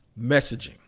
messaging